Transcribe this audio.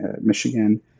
Michigan